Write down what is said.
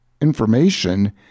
information